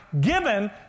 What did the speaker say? given